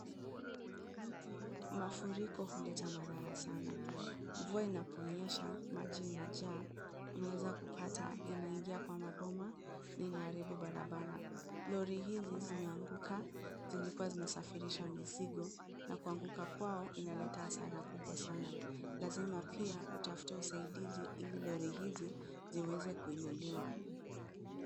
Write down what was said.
Mafuriko huleta madhara sana, mvua inaponyesha, maji inajaa, unaweza kupata inaingia kwa maboma, na inaharibu barabara, lori hizi zimeanguka, zilikua zinasafirisha mizigo, na kuanguka kwao inaleta hasara kubwa sana, lazima pia utafute usaidizi, ili lori hizi, ziweze kuinuliwa.